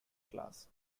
class